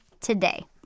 today